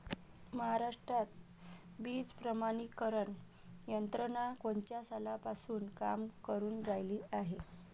महाराष्ट्रात बीज प्रमानीकरण यंत्रना कोनच्या सालापासून काम करुन रायली हाये?